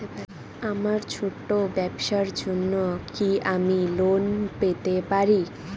আমার ছোট্ট ব্যাবসার জন্য কি আমি লোন পেতে পারি?